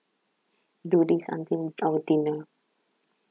do this until our dinner